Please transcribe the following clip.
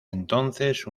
entonces